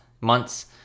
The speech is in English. months